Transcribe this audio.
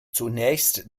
zunächst